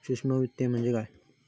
सूक्ष्म वित्त म्हणजे काय?